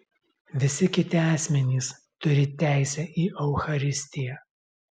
visi kiti asmenys turi teisę į eucharistiją